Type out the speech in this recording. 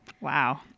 wow